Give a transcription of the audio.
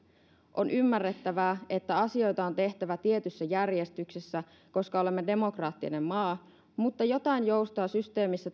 on ymmärrettävää että asioita on tehtävä tietyssä järjestyksessä koska olemme demokraattinen maa mutta jotain joustoa systeemissä